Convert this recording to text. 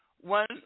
One